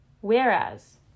Whereas